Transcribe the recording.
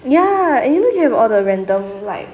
ya and you know you have all the random like